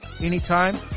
anytime